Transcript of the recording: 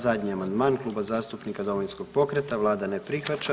Zadnji amandman Kluba zastupnika Domovinskog pokreta, Vlada ne prihvaća.